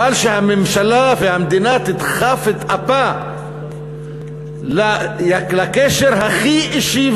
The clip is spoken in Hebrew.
אבל שהממשלה והמדינה תדחף את אפה לקשר הכי אישי,